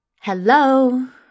Hello